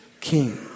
king